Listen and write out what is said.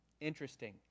Interesting